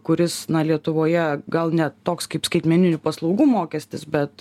kuris na lietuvoje gal ne toks kaip skaitmeninių paslaugų mokestis bet